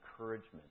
encouragement